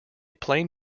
plain